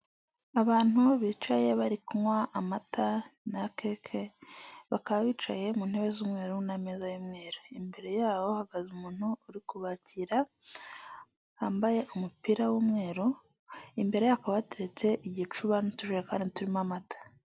Abantu bicaye bari kunywa amata na kake, bakaba bicaye mu ntebe z'umweru na ameza y'umweru, imbere yabo hahagaze umuntu uri kubakira, wambaye umupira w'umweru imbere ye hakaba hateretse igicuba n'utujerekani turimo amata.